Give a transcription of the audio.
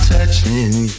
Touching